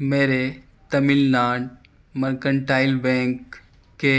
میرے Tamil Nadu mercantile bank کے